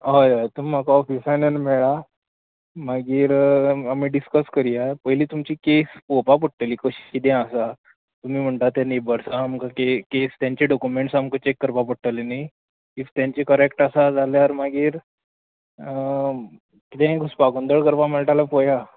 हय हय तुम म्हाका ऑफिसान येवन मेळा मागीर आम आमी डिसकस करया पयली तुमची केस पळोवपा पडटली कशी किदें आसा तुमी म्हणटा ते नेबर्सां आमक के केस तांचे डोकुमॅण्स आमकां चॅक करपा पडटले न्ही ईफ तांचे करॅक्ट आसा जाल्यार मागीर किदेंय घुस्पागोंदळ करपा मेळटा जाल्यार पळोवया